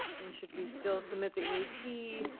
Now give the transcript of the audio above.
and should we still submit the eaps?